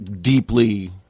deeply